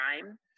crime